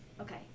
Okay